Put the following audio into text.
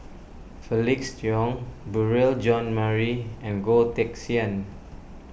Felix Cheong Beurel Jean Marie and Goh Teck Sian